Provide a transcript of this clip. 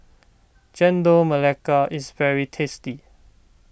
Chendol Melaka is very tasty